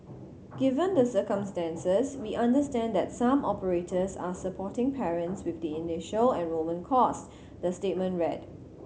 given the circumstances we understand that some operators are supporting parents with the initial enrolment cost the statement read